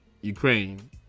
ukraine